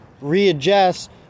readjust